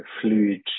fluid